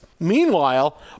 Meanwhile